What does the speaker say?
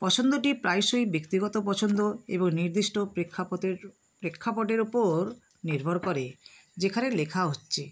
পছন্দটি প্রায়শই ব্যক্তিগত পছন্দ এবং নিদিষ্ট প্রেক্ষাপতের প্রেক্ষাপটের ওপর নির্ভর করে যেখানে লেখা হচ্চে